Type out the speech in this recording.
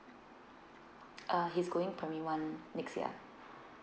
uh he's going primary one next year